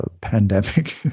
pandemic